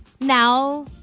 now